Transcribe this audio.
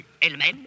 elle-même